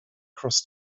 cross